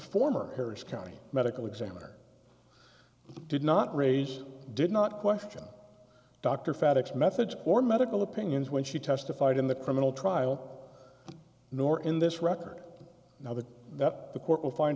former harris county medical examiner did not raise did not question dr fed ex methods or medical opinions when she testified in the criminal trial nor in this record now that that the court will find